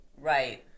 right